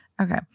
Okay